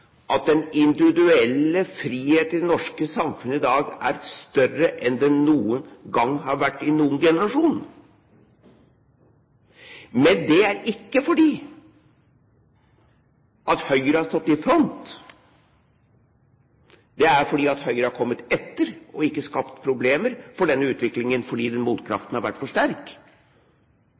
at den individuelle frihet i det norske samfunnet i dag er større enn den noen gang har vært – i noen generasjon. Men det er ikke fordi Høyre har stått i front. Det er fordi Høyre har kommet etter og ikke har skapt problemer for denne utviklingen, fordi motkraften har vært for sterk.